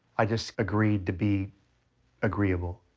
i just agreed to be agreeable.